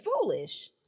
foolish